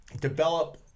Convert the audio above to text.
develop